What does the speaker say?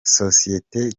sosiyete